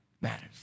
matters